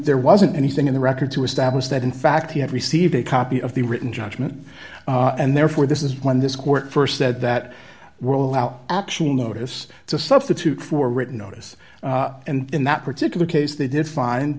there wasn't anything in the record to establish that in fact he had received a copy of the written judgment and therefore this is when this court st said that will allow actual notice to substitute for written notice and in that particular case they did find